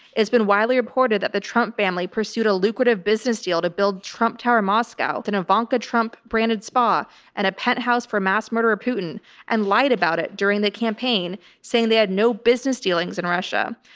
it's been widely reported that the trump family pursued a lucrative business deal to build trump tower moscow, then an ivanka trump branded spa and a penthouse for mass murderer, putin and lied about it during the campaign saying they had no business dealings in russia.